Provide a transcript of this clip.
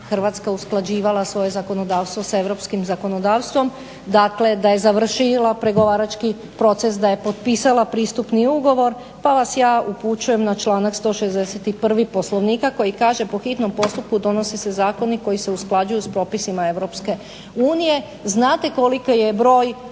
Hrvatska usklađivala svoje zakonodavstvo sa europskim zakonodavstvom, dakle da je završila pregovarački proces, da je potpisala pristupni ugovor pa vas ja upućujem na članak 161. Poslovnika koji kaže "po hitnom postupku donose se zakoni koji se usklađuju s propisima EU". Znate koliki je broj